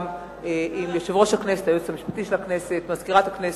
גם עם יושב-ראש הכנסת ועם היועץ המשפטי של הכנסת ועם מזכירת הכנסת,